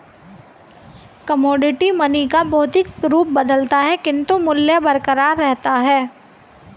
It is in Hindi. कमोडिटी मनी का भौतिक रूप बदलता है किंतु मूल्य बरकरार रहता है